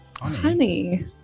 Honey